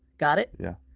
got it? yeah.